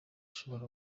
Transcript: ushobora